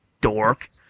Dork